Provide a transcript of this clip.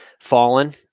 fallen